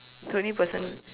twenty person